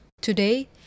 Today